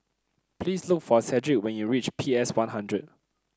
please look for Cedrick when you reach P S One Hundred